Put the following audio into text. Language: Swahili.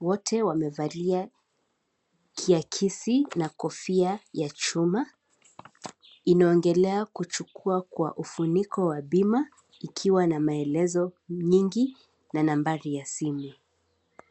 Wote wamevalia kiakisi na kofia ya chuma, inaongelelea kuchukua kwa ufuniko wa bima, ikiwa na maelezo nyingi na nambari ya simu.